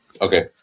Okay